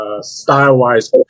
style-wise